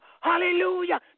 Hallelujah